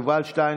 יובל שטייניץ,